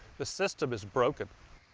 the system is broken.